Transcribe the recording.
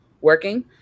working